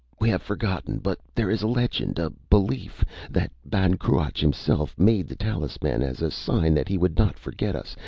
we have forgotten. but there is a legend, a belief that ban cruach himself made the talisman as a sign that he would not forget us,